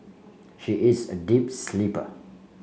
she is a deep sleeper